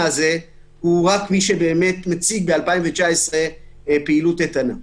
הזה הוא רק מי שבאמת מציג בשנת 2019 פעילות איתנה.